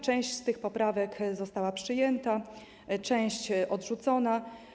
Część z tych poprawek została przyjęta, część odrzucona.